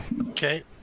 Okay